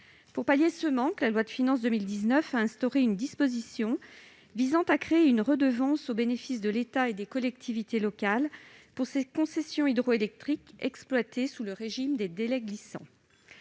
Pour y remédier, la loi de finances pour 2019 a instauré une disposition visant à créer une redevance, au bénéfice de l'État et des collectivités locales, pour ces concessions hydroélectriques exploitées sous le régime des « délais glissants